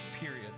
period